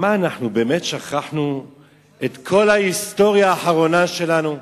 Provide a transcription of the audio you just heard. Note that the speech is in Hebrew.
אנחנו באמת שכחנו את כל ההיסטוריה האחרונה שלנו?